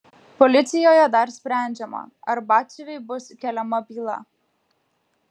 policijoje dar sprendžiama ar batsiuviui bus keliama byla